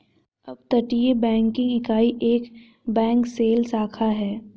अपतटीय बैंकिंग इकाई एक बैंक शेल शाखा है